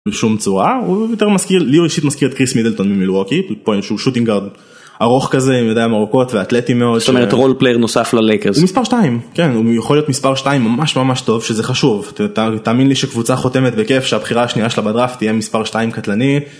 בשום צורה הוא יותר מזכיר לי ראשית מזכיר את כריס מידלטון במילווקי פוינשו שוטינגרד. ארוך כזה עם ידיים ארוכות ואתלטי מאוד שאתה אומר את רול פלייר נוסף ללייקרס. מספר 2 כן הוא יכול להיות מספר 2 ממש ממש טוב שזה חשוב תאמין לי שקבוצה חותמת בכיף שהבחירה השנייה שלה בדראפט תהיה מספר 2 קטלני.